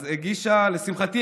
אז לשמחתי,